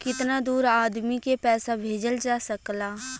कितना दूर आदमी के पैसा भेजल जा सकला?